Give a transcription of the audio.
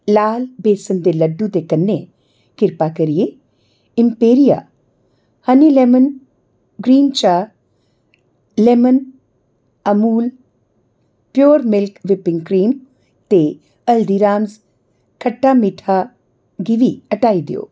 लाल बेसन दे लड्डू दे कन्नै किरपा करियै एम्पेरिया हनी लैमन ग्रीन चाह् lemon Amul pure milk whipping cream ते हल्दीराम खट्टा मिट्ठा गी बी हटाई देओ